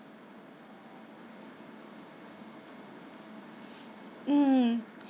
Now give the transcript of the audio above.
mm